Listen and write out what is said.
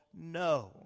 no